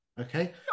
Okay